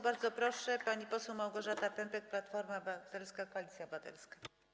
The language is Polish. Bardzo proszę, pani poseł Małgorzata Pępek, Platforma Obywatelska - Koalicja Obywatelska.